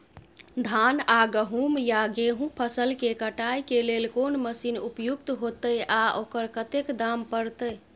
धान आ गहूम या गेहूं फसल के कटाई के लेल कोन मसीन उपयुक्त होतै आ ओकर कतेक दाम परतै?